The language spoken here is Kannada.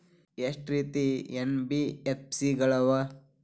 ಎಷ್ಟ ರೇತಿ ಎನ್.ಬಿ.ಎಫ್.ಸಿ ಗಳ ಅವ?